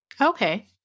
Okay